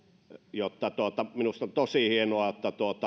minusta on tosi hienoa että